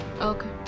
okay